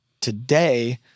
today